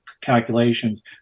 calculations